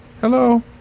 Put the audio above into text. Hello